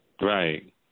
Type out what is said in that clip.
Right